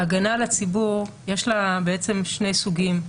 להגנה על הציבור יש שני סוגים,